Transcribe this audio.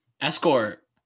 Escort